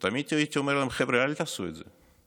ותמיד הייתי אומר להם: חבר'ה, אל תעשו את זה.